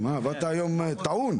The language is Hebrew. באת היום טעון.